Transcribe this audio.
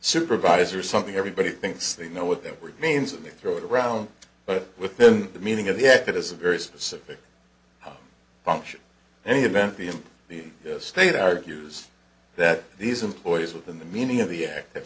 supervisor something everybody thinks they know what that word means and they throw it around but within the meaning of the act it is a very specific function any event being the state argues that these employees within the meaning of the act